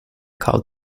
called